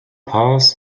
paz